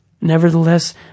Nevertheless